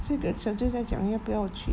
这个小舅才讲要不要去